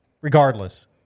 regardless